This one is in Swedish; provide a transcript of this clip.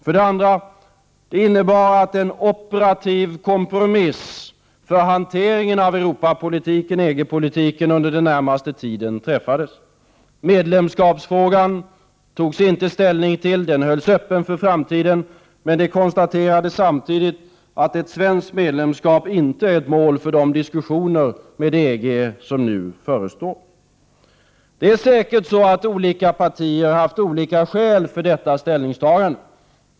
För det andra innebar det att en operativ kompromiss för hanteringen av Europapolitiken, EG-politiken, under den närmaste tiden träffades. Medlemskapsfrågan tog man inte ställning till. Den hölls öppen för framtiden. Men det konstaterades samtidigt att ett svenskt medlemskap inte är ett mål för de diskussioner med EG som nu förestår. Olika partier har säkert haft olika skäl för detta ställningstagande.